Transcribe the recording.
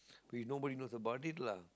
but th~ nobody knows about this lah